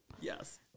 Yes